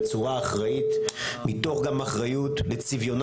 בצורה אחראית מתוך גם אחריות לצביונה